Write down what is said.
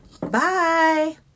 Bye